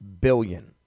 billion